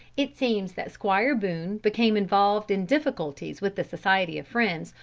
it seems that squire boone became involved in difficulties with the society of friends,